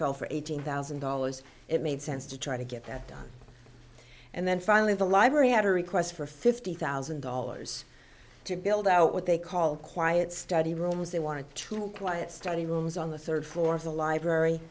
fell for eighteen thousand dollars it made sense to try to get that done and then finally the library had a request for fifty thousand dollars to build out what they call quiet study rooms they wanted to quiet study rooms on the third floor of the library